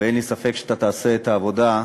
ואין לי ספק שאתה תעשה את העבודה.